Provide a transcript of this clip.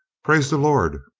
praise the lord!